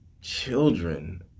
children